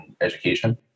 education